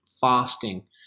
fasting